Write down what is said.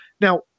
now